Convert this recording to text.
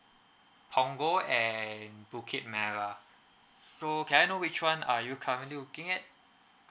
punggol and bukit merah so can I know which [one] are you currently looking at